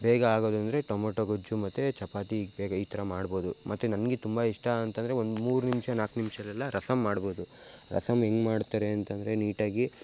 ಬೇಗ ಆಗೋದು ಅಂದರೆ ಟೊಮೊಟೊ ಗೊಜ್ಜು ಮತ್ತು ಚಪಾತಿ ಈಗ ಬೇಗ ಈ ಥರ ಮಾಡ್ಬೋದು ಮತ್ತು ನನಗೆ ತುಂಬ ಇಷ್ಟ ಅಂತಂದರೆ ಒಂದು ಮೂರು ನಿಮಿಷ ನಾಲ್ಕು ನಿಮಿಷಲ್ಲೆಲ್ಲ ರಸಮ್ ಮಾಡ್ಬೋದು ರಸಮ್ ಹೆಂಗ್ ಮಾಡ್ತಾರೆ ಅಂತಂದರೆ ನೀಟಾಗಿ